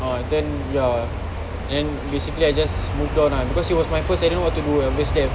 ah then ya then basically I just move on ah because it was my first I don't know what to do I feel scared